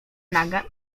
naga